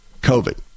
COVID